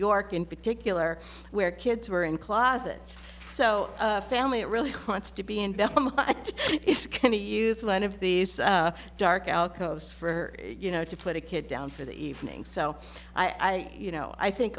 york in particular where kids were in closets so family it really wants to be and it's going to use one of these dark alcoves for you know to put a kid down for the evening so i you know i think